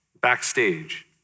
backstage